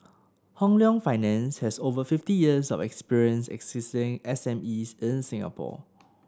Hong Leong Finance has over fifty years of experience assisting SMEs in Singapore